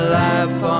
life